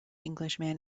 englishman